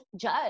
judge